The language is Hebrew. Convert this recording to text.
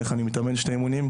איך אני מתאמן שני אימונים,